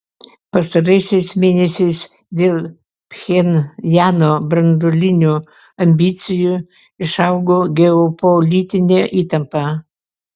pastaraisiais mėnesiais dėl pchenjano branduolinių ambicijų išaugo geopolitinė įtampa